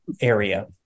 area